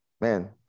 Man